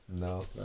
No